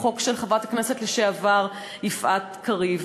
החוק של חברת הכנסת לשעבר יפעת קריב.